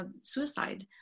suicide